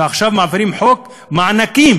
ועכשיו מעבירים חוק מענקים,